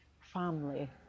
family